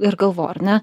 ir galvojau ar ne